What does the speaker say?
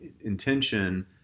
intention